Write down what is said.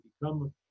become